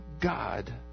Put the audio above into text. God